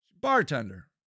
Bartender